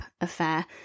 affair